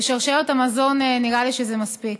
בשרשרת המזון נראה לי שזה מספיק.